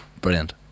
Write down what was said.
Brilliant